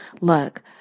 Look